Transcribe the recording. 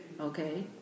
okay